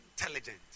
Intelligent